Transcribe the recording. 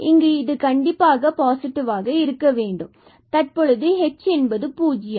இங்கு இது கண்டிப்பாக பாசிட்டிவ் ஆக இருக்கவேண்டும் தற்பொழுது h என்பது பூஜ்ஜியம்